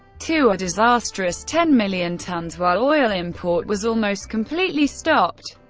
to a disastrous ten million tons, while oil import was almost completely stopped.